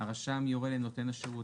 "הרשם יורה לנותן השירות,